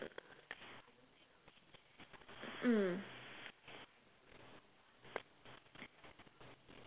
mm